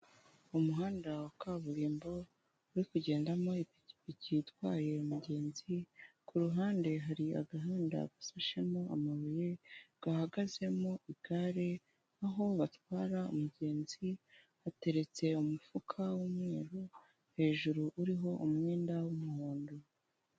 Umuhanda wa kaburimbo uri kugendamo ipikipiki itwaye umugenzi ku ruhande hari agahanda gasashemo amabuye, gahagazemo igare aho batwara umugenzi hateretse umufuka w'umweru, hejuru uriho umwenda w'umuhondo.